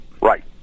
Right